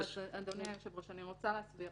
אדוני היושב-ראש, אני רוצה להסביר.